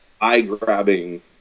eye-grabbing